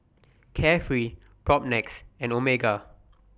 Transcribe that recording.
Carefree Propnex and Omega